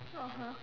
(uh huh)